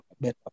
better